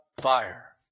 fire